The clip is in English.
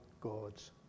God's